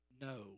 no